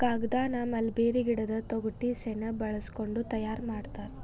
ಕಾಗದಾನ ಮಲ್ಬೇರಿ ಗಿಡದ ತೊಗಟಿ ಸೆಣಬ ಬಳಸಕೊಂಡ ತಯಾರ ಮಾಡ್ತಾರ